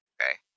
okay